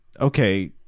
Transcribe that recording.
okay